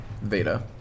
Veda